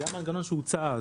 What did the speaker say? זה המנגנון שהוצע אז.